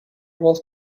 will